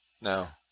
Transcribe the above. No